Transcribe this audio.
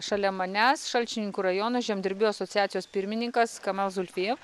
šalia manęs šalčininkų rajono žemdirbių asociacijos pirmininkas kamal zulfijev